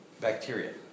bacteria